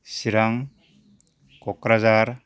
Chirang Kokrajhar